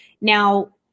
Now